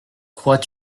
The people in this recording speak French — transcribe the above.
crois